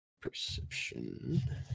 Perception